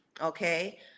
Okay